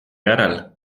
järel